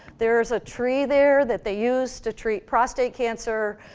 there's a tree there that they use to treat prostate cancer.